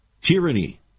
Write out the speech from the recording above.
Tyranny